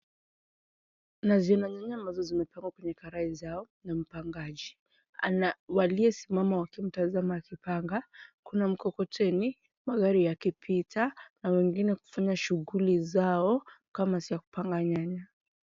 Naziona nyanya ambazo zimepangwa kwenye karai ni zao na mpangaji ana waliyesimama wakimtazama akipanga kuna mkokoteni, magari yakipita na wengine wakifanya shughuli zao kama za kupanga nyanya.